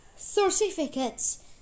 certificates